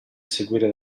seguire